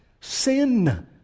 Sin